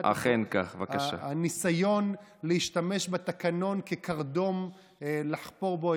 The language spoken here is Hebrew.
הניסיון להשתמש בתקנון כקרדום לחפור בו,